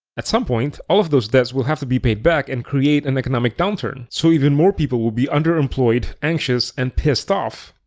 at some point, all of those debts will have to be paid back and create an economic downturn, so even more people will be underemployed, anxious and pissed off.